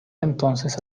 entonces